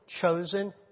chosen